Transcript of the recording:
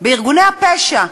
בארגוני הפשע.